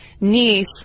niece